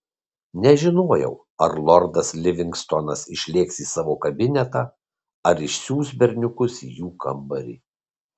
nežinojau ar lordas livingstonas išlėks į savo kabinetą ar išsiųs berniukus į jų kambarį